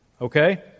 Okay